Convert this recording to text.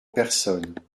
personne